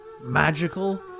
magical